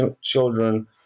children